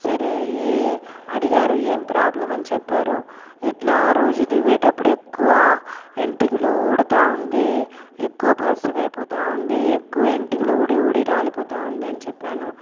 సరే ఏ అడిగారు ఏం ప్రాబ్లం అని చెప్పారు ఇట్లా రోజు దువ్వేటప్పుడు ఎక్కువ వెంట్రుకలు ఊడుతా ఉంది ఎక్కువ పల్చగా అయిపోతూ ఉంది ఎక్కువ వెంట్రుకలు ఊడి ఊడి రాలిపోతూ ఉందని చెప్పాను